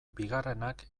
bigarrenak